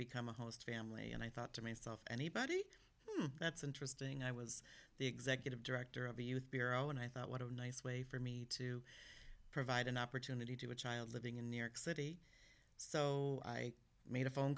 become a host family and i thought to myself anybody that's interesting i was the executive director of the youth bureau and i thought what a nice way for me to provide an opportunity to a child living in new york city so i made a phone